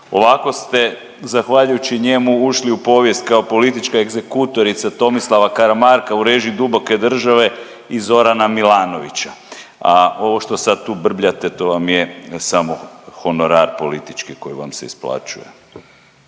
ovako ste zahvaljujući njemu ušli u povijest kao politička egzekutorica Tomislava Karamarka u režiji duboke države i Zorana Milanovića, a ovo što sad tu brbljate to vam je samo honorar politički koji vam se isplaćuje.